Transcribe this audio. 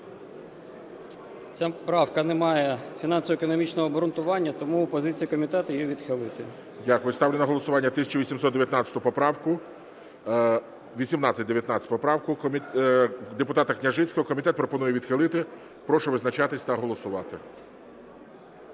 Ця правка не має фінансово-економічного обґрунтування. Тому позиція комітету її відхилити. ГОЛОВУЮЧИЙ. Дякую. Ставлю на голосування 1819 поправку, депутата Княжицького. Комітет пропонує відхилити. Прошу визначатись та голосувати.